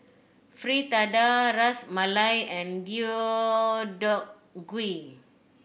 Fritada Ras Malai and Deodeok Gui